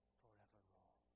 forevermore